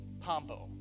Pombo